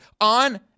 on